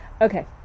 okay